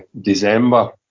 December